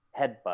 headbutt